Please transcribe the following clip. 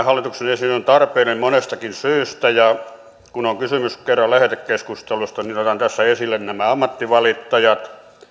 hallituksen esitys on tarpeellinen monestakin syystä kun kerran on kysymys lähetekeskustelusta niin otan esille nämä ammattivalittajat